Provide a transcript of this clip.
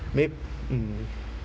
mayb~ mm